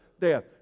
Death